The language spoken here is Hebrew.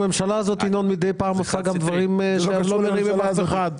הממשלה הזאת מידי פעם עושה דברים שלא מרעים עם אף אחד.